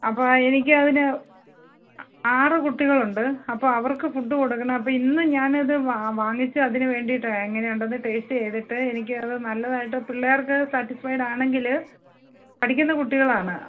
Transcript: അപ്പോൾ എനിക്കതിന് ആറ് കുട്ടികളുണ്ട് അപ്പോൾ അവർക്ക് ഫുഡ് കൊടുക്കണം അപ്പോൾ ഇന്ന് ഞാനത് വാങ്ങിച്ച് അതിനു വേണ്ടിയിട്ടാണ് എങ്ങനെയുണ്ടെന്ന് ടേസ്റ്റ് ചെയ്തിട്ട് എനിക്ക് അത് നല്ലതായിട്ട് പിള്ളേർക്ക് സാറ്റിസ്ഫൈഡ് ആണെങ്കിൽ പഠിക്കുന്ന കുട്ടികളാണ്